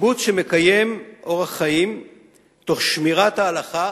קיבוץ שמקיים אורח חיים תוך שמירת ההלכה